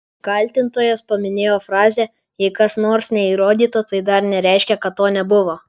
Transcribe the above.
kaltintojas paminėjo frazę jei kas nors neįrodyta tai dar nereiškia kad to nebuvo